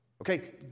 Okay